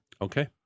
Okay